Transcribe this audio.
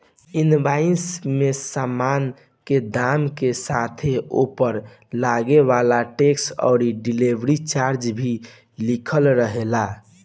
invoice में सामान के दाम के साथे ओपर लागे वाला टेक्स अउरी डिलीवरी चार्ज भी लिखल रहेला